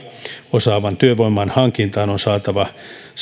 osaavan työvoiman hankintaan on saatava